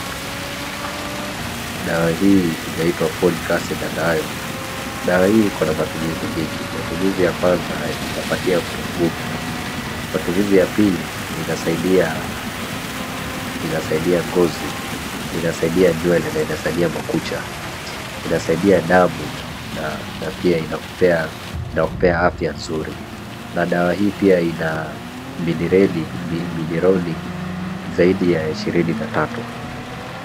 Dawa hii inaitwa[cs ] Folic acid and iron dawa hii ikona matumizi nyingi, matumizi ya kwanza ni inapatia mtu nguvu matumizi ya pili inasaidia ngozi, inasaidia nywele na inasaidia makucha damu na pia inakupea afya nzuri na dawa hii pia ina minerali zaidi ya ishirini na tatu